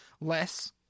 less